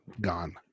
gone